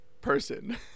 person